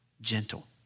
gentle